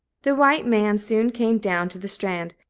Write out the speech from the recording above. the white man soon came down to the strand,